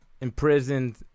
imprisoned